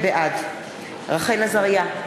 בעד רחל עזריה,